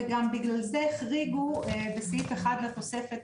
וגם בגלל זה החריגו בסעיף 1 לתוספת